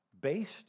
based